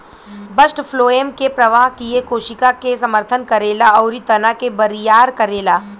bast phloem के प्रवाह किये कोशिका के समर्थन करेला अउरी तना के बरियार करेला